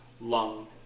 lung